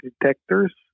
detectors